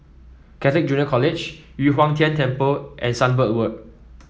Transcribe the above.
Catholic Junior College Yu Huang Tian Temple and Sunbird word